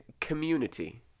community